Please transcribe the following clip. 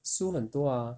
输很多 ah